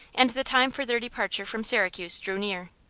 and the time for their departure from syracuse drew near.